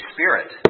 Spirit